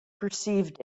perceived